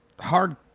Hard